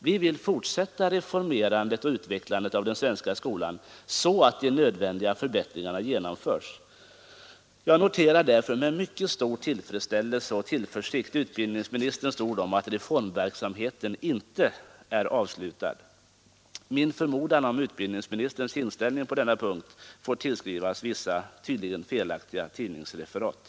Vi vill fortsätta reformerandet och utvecklandet av den svenska skolan, så att de nödvändiga förbättringarna genomförs. Jag noterar därför med mycket stor tillfredsställelse och tillförsikt utbildningsministerns ord om att reformverksamheten inte är avslutad. Min tidigare förmodan om utbildningsministerns inställning på den punkten får tillskrivas vissa, tydligen felaktiga, tidningsreferat.